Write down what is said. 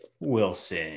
Wilson